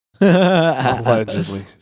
Allegedly